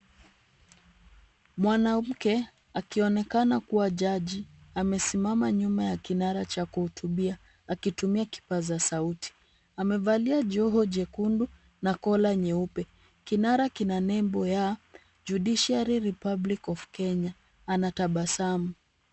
Mwanamke akionekana kuwa jaji amesimama nyuma ya kinara cha kuhutubia akitumia kipaza sauti. Amevalia joho jekundu na collar nyeupe. Kinara kina nembo ya Judiciary Republic of Kenya. Anatabasamu.